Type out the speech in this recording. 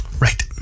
right